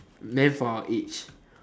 meant for our age